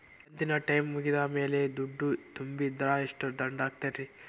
ಕಂತಿನ ಟೈಮ್ ಮುಗಿದ ಮ್ಯಾಲ್ ದುಡ್ಡು ತುಂಬಿದ್ರ, ಎಷ್ಟ ದಂಡ ಹಾಕ್ತೇರಿ?